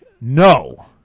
No